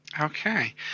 Okay